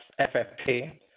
FFP